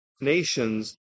nations